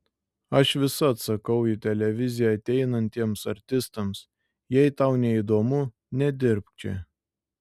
aš visad sakau į televiziją ateinantiems artistams jei tau neįdomu nedirbk čia